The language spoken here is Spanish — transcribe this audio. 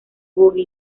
vogue